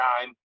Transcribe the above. time